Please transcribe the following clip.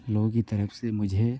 लोगों की तरफ से मुझे